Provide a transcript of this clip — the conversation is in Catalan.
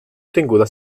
obtinguda